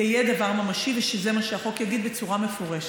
זה יהיה דבר ממשי ושזה מה שהחוק יגיד בצורה מפורשת.